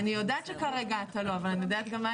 אני יודעת שכרגע אתה לא מציע.